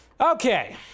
Okay